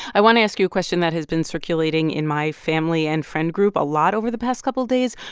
i want to ask you a question that has been circulating in my family and friend group a lot over the past couple of days.